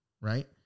right